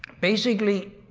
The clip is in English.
basically,